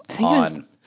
on